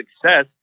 success